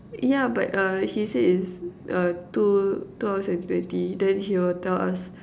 yeah but uh she said is uh two two hours and twenty then she will tell us